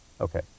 Okay